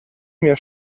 mir